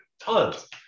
tons